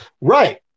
Right